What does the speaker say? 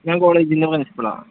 ഞാൻ കോളേജീന്ന് പ്രിൻസിപ്പിളാണ്